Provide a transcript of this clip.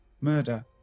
Murder